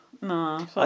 No